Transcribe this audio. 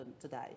today